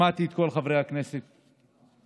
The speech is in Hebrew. שמעתי את כל חברי הכנסת שדיברו,